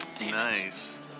Nice